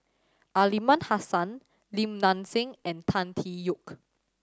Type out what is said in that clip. Aliman Hassan Lim Nang Seng and Tan Tee Yoke